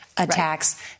attacks